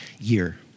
year